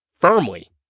firmly